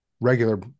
regular